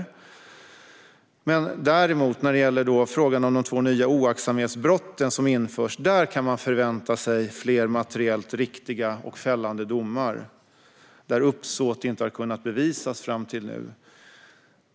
När det däremot gäller frågan om de två nya brottsrubriceringar om oaktsamhetsbrott som införs kan man förvänta sig fler materiellt riktiga och fällande domar där uppsåt inte har kunnat bevisas fram till nu.